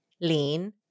lean